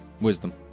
Wisdom